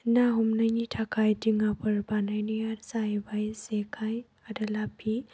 ना हमनायनि थाखाय दिङाफोर बानायनाया जाहैबाय जेखाइ आरो लापि